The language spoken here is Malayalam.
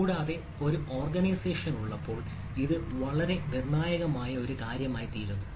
കൂടാതെ ഒരു ഓർഗനൈസേഷൻ ഉള്ളപ്പോൾ ഇത് വളരെ നിർണായകമായ ഒരു കാര്യമായിത്തീരുന്നു